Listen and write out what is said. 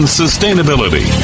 sustainability